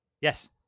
Yes